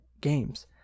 games